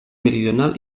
meridional